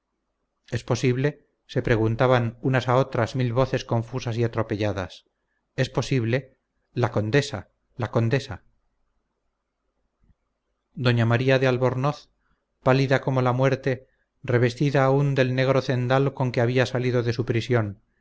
es posible se preguntaban unas a otras mil voces confusas y atropelladas es posible la condesa la condesa doña maría de albornoz pálida como la muerte revestida aún del negro cendal con que había salido de su prisión